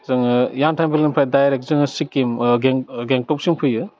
जोङो यांटां भेलिनिफ्राय दाइरेक्ट जोङो सिक्किम गेंगटकसिम फैयो